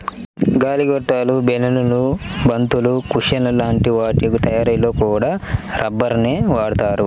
గాలి గొట్టాలు, బెలూన్లు, బంతులు, కుషన్ల లాంటి వాటి తయ్యారీలో కూడా రబ్బరునే వాడతారు